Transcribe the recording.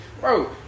Bro